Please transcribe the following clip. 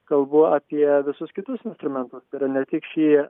kalbu apie visus kitus instrumentus tai yra ne tik šį